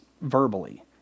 verbally